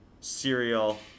cereal